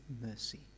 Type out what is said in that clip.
mercy